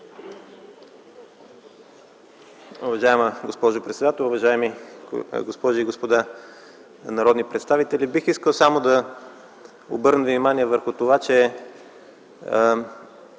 Уважаема госпожо председател, уважаеми госпожи и господа народни представители! Бих искал само да обърна внимание върху